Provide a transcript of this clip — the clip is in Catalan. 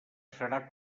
serà